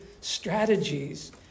strategies